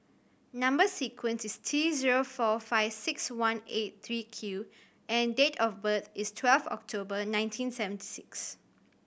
number sequence is T zero four five six one eight three Q and date of birth is twelve October nineteen seventy six